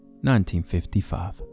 1955